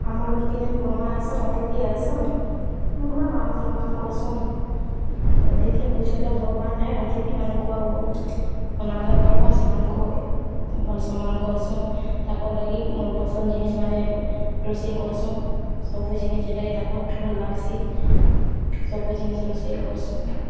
ଆମର୍ ଘରକେ ଯେନ୍ କୁନିଆ ଆଇସନ୍ ଅତିଥୀ ଆଇସନ୍ ମୁଁ ଭଲ୍ ମାନ୍ ସମ୍ମାନ୍ କର୍ସୁଁ ଅତୀଥି ହେଉଛନ୍ ତ ଭଗବାନ ଏଁ ଅତିଥିମାନଙ୍କୁ ଆଉ ଅନାଦାର୍ କରବୋ ସେମାନଙ୍କୁ ଭଲ୍ ସମ୍ମାନ୍ କରସୁଁ ତାକର୍ ଲାଗି ମନ୍ ପସନ୍ଦ୍ ଜିନିଷ୍ମାନେ ରୋଷଇ କର୍ସୁଁ ସବୁ ଜିନିଷ୍ ଯେନ୍ଟାକେ ତାଙ୍କୁ ଭଲ୍ ଲାଗ୍ସି ସବୁ ଜିନିଷ୍ ରୋଷେଇ କରସୁଁ